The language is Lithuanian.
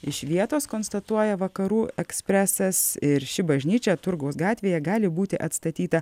iš vietos konstatuoja vakarų ekspresas ir ši bažnyčia turgaus gatvėje gali būti atstatyta